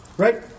Right